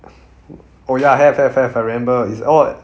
oh ya have have have I remember it's all